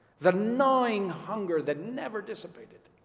the gnawing hunger that never dissipated.